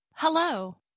Hello